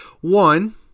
One